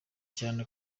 cyane